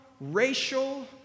racial